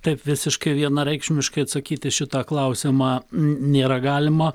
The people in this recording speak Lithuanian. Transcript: taip visiškai vienareikšmiškai atsakyt į šitą klausimą m nėra galima